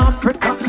Africa